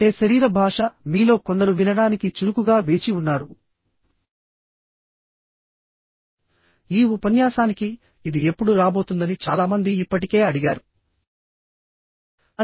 అంటే శరీర భాష మీలో కొందరు వినడానికి చురుకుగా వేచి ఉన్నారు ఈ ఉపన్యాసానికి ఇది ఎప్పుడు రాబోతుందని చాలా మంది ఇప్పటికే అడిగారు